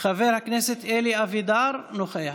חבר הכנסת אלי אבידר, נוכח.